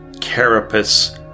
carapace